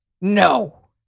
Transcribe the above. No